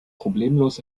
problemlos